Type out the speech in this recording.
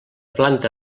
planta